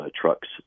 trucks